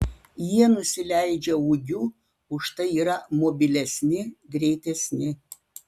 jie nusileidžia ūgiu užtai yra mobilesni greitesni